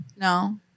No